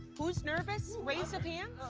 who's nervous? raise ah